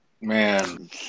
man